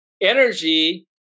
Energy